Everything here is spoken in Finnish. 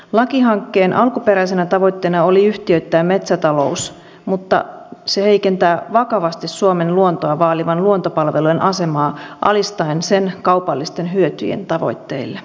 lakihankkeen alkuperäisenä tavoitteena oli yhtiöittää metsätalous mutta se heikentää vakavasti suomen luontoa vaalivan luontopalvelujen asemaa alistaen sen kaupallisten hyötyjen tavoitteille